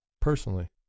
personally